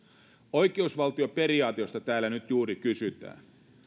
oikeusvaltioperiaate josta täällä nyt juuri kysytään